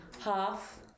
Half